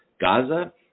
Gaza